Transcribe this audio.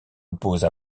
oppose